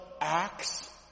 acts